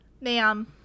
Ma'am